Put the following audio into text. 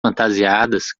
fantasiadas